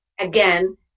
again